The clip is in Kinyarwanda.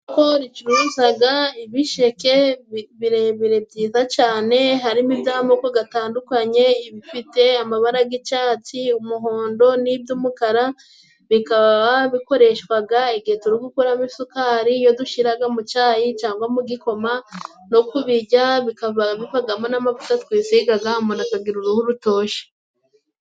Isoko ricuruzaga ibisheke birebire byiza cane， harimo iby'amoko gatandukanye， ibifite amabara g'icatsi，umuhondo n'iby'umukara， bikaba bikoreshwaga igihe turi gukoramo isukari iyo dushiraga mu cayi， cangwa mu gikoma， no kubijya bikaba bivagamo n'amavuta twisigaga umuntu akagira uruhu rutoshe.